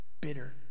bitter